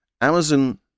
amazon